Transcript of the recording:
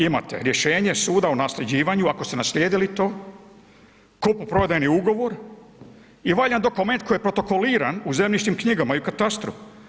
Imate rješenje suda o nasljeđivanju, ako ste naslijedili to, kupoprodajni ugovor i valjan dokument koji je protokoliran u zemljišnim knjigama i katastru.